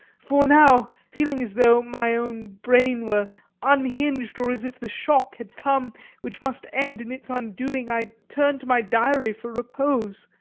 for now, feeling as though my own brain were unhinged or as if the shock had come which must end in its undoing, i turn to my diary for repose.